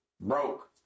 broke